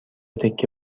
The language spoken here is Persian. تکه